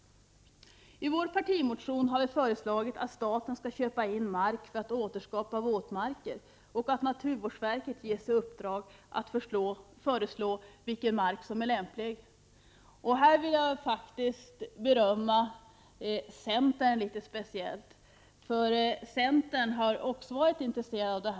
ning ochsäldöd I vår partimotion har vi föreslagit att staten skall köpa in mark för att återskapa våtmarker och att naturvårdsverket ges i uppdrag att föreslå vilken mark som är lämplig för detta. Här vill jag faktiskt berömma centern litet speciellt, eftersom också centern har varit intresserad av detta.